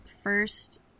first